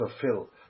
fulfill